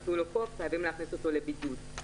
חתול או קוף חייבים בעליו לקחתו למאורת הבידוד הקרובה ביותר".